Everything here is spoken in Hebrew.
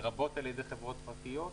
לרבות על ידי חברות פרטיות?